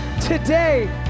today